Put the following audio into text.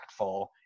impactful